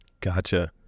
Gotcha